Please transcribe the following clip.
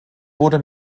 wurde